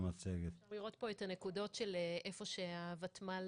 יכולים לראות פה את הנקודות של איפה שהוותמ"ל